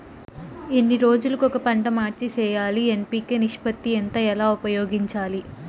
ఎన్ని రోజులు కొక పంట మార్చి సేయాలి ఎన్.పి.కె నిష్పత్తి ఎంత ఎలా ఉపయోగించాలి?